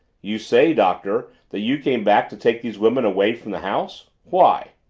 you say, doctor, that you came back to take these women away from the house. why?